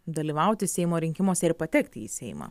dalyvauti seimo rinkimuose ir patekti į seimą